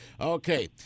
Okay